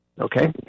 Okay